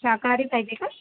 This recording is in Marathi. शाकाहारी पाहिजे का